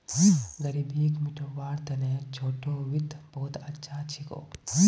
ग़रीबीक मितव्वार तने छोटो वित्त बहुत अच्छा छिको